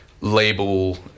label